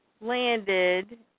landed